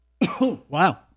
wow